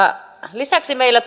lisäksi meillä